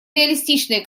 реалистичные